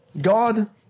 God